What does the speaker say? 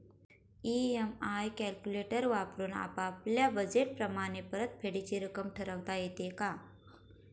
EMI calculator वापरून आपापल्या budget प्रमाणे परतफेडीची रक्कम ठरवता येते का?